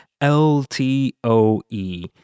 L-T-O-E